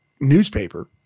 newspaper